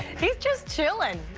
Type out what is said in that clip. he's just chilling.